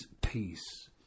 peace